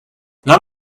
not